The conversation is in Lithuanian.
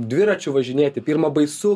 dviračiu važinėti pirma baisu